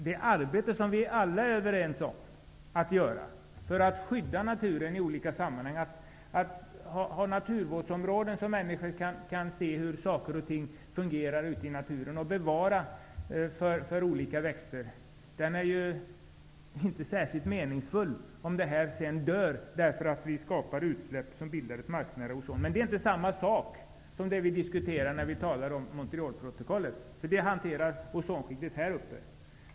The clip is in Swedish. Det arbete som vi alla är överens om att göra för att skydda naturen, att ha naturvårdsområden så att människor kan se hur saker och ting fungerar ute i naturen och för att bevara olika växter, är inte särskilt meningsfullt, om växtligheten dör därför att vi skapar utsläpp som bildar ett marknära ozon. Men det är inte samma sak som det vi diskuterar när vi talar om Montrealprotokollet. Det handlar om ozonskiktet i rymden.